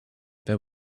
there